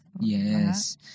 Yes